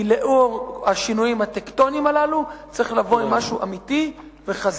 כי לאור השינויים הטקטוניים הללו צריך לבוא עם משהו אמיתי וחזק,